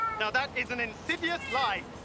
now, that is an insidious lie.